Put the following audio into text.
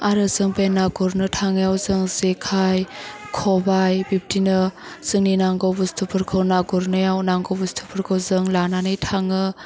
आरो जों बे ना गुरनो थांनायाव जोङो जेखाय खबाइ बिबदिनो जोंनि नांगौ बुस्थुफोरखौ ना गुरनायाव नांगौ बुस्थुफोरखौ जों लानानै थाङो